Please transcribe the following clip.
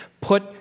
Put